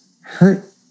hurt